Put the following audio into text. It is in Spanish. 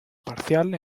parcial